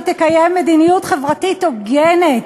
תקיים מדיניות חברתית הוגנת,